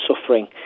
suffering